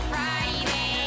Friday